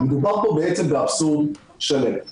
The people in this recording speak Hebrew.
מדובר פה בעצם באבסורד שלם.